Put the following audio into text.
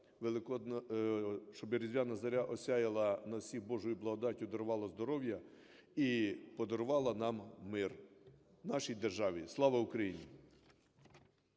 щоб Різдвяна зоря осяяла нас всіх Божою благодаттю, дарувала здоров'я і подарувала нам мир, нашій державі. Слава Україні!